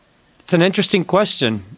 it's an interesting question.